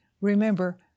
Remember